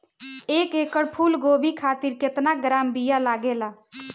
एक एकड़ फूल गोभी खातिर केतना ग्राम बीया लागेला?